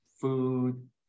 food